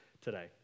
today